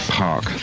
park